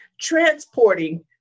transporting